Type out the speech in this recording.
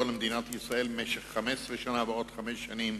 למדינת ישראל במשך 15 שנה ועוד חמש שנים,